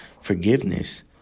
forgiveness